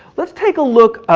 let's take a look